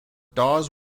dawes